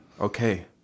Okay